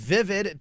Vivid